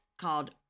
Called